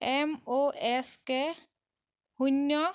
M O S কে শূন্য